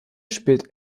spielt